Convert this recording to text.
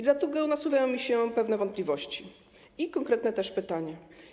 Dlatego nasuwają mi się pewne wątpliwości i konkretne pytania.